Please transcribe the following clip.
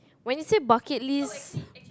when you say bucket list